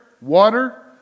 water